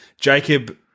Jacob